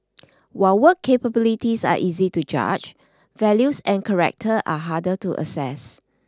while work capabilities are easy to judge values and character are harder to assess